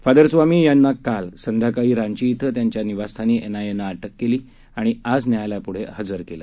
father Swamy यांना काल संध्याकाळी रांची इथं त्यांच्या निवास्थानी एनआयएनं त्यांना अटक केली आणि आज न्यायालयापुढं हजर केलं